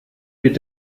mit